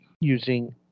using